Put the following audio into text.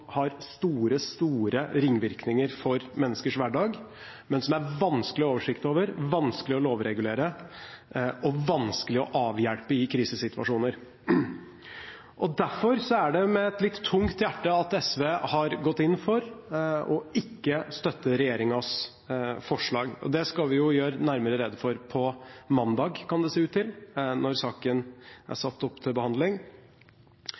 har store, store ringvirkninger for menneskers hverdag, men som er vanskelig å ha oversikt over, vanskelig å lovregulere og vanskelig å avhjelpe i krisesituasjoner. Derfor er det med et litt tungt hjerte at SV har gått inn for ikke å støtte regjeringens forslag, og det skal vi gjøre nærmere rede for på mandag, kan det se ut til, når saken er